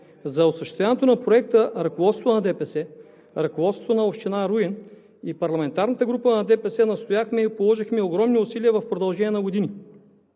За осъществяването на Проекта ръководството на ДПС, ръководството на община Руен и парламентарната група на ДПС настояхме и положихме огромни усилия в продължение на години,